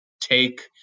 take